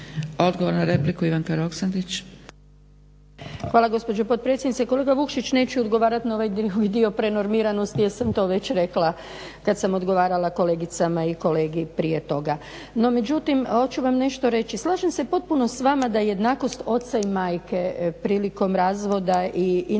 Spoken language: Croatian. Odgovor na repliku, Ivanka Roksandić.